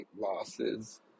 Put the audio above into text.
losses